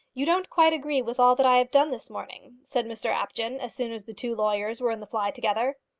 you don't quite agree with all that i have done this morning, said mr apjohn, as soon as the two lawyers were in the fly together.